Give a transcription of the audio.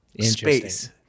space